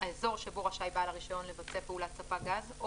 האזור שבו רשאי בעל הרישיון לבצע פעולת ספק גז או